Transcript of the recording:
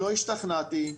לא השתכנעתי,